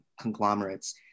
conglomerates